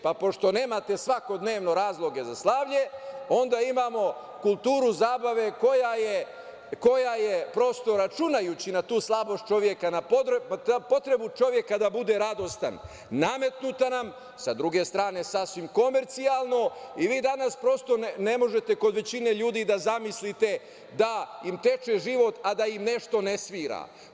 Pa, pošto nemate svakodnevno razloge za slavlje, onda imamo kulturu zabave, koja je prosto računajući na tu slabost čoveka, na potrebu čoveka da bude radostan, nametnuta nam, sa druge strane sasvim komercijalno i vi danas prosto ne možete kod većine ljudi da zamislite da im teče život, a da im nešto ne svira.